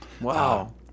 Wow